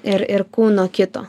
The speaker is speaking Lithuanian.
ir ir nuo kito